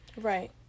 Right